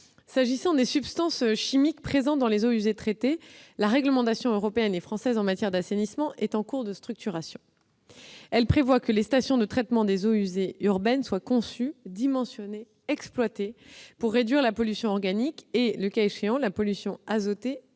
S'agissant des substances chimiques présentes dans les eaux usées traitées, les réglementations européennes et françaises en matière d'assainissement sont en cours de structuration. Elles prévoient que les stations de traitement des eaux usées urbaines soient conçues, dimensionnées et exploitées pour réduire la pollution organique et, le cas échéant, la pollution azotée